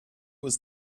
was